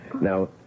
Now